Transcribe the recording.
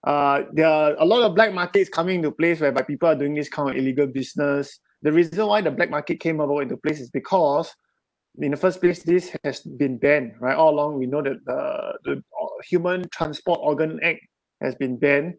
uh there are a lot of black markets coming into play whereby people are doing this kind of illegal business the reason why the black market came about into place is because in the first place this has been banned right all along we know that uh the or~ human transport organ act has been banned